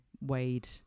weighed